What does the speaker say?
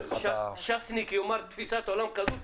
ש"סניק יאמר תפיסת עולם כזאת?